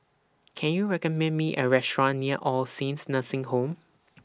Can YOU recommend Me A Restaurant near All Saints Nursing Home